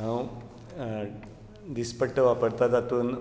हांव दिसपट्टो वापरता तातूंत